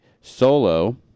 Solo